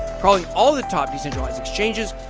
crawling all the top decentralized exchanges,